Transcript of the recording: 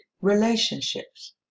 relationships